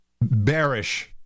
bearish